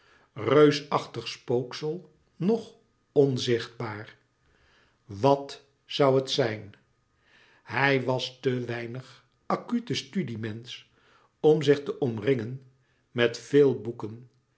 reusachtig spooksel nog onzichtbaar wàt zoû het zijn hij was te weinig acute studie mensch om zich te omringen met veel boeken